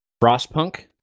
Frostpunk